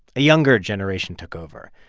a younger generation took over.